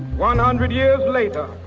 one hundred years later,